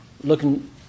looking